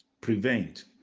prevent